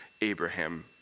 Abraham